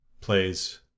plays